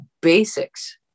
basics